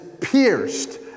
pierced